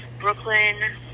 Brooklyn